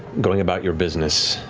going about your business,